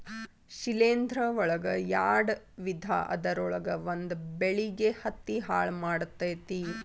ಶಿಲೇಂಧ್ರ ಒಳಗ ಯಾಡ ವಿಧಾ ಅದರೊಳಗ ಒಂದ ಬೆಳಿಗೆ ಹತ್ತಿ ಹಾಳ ಮಾಡತತಿ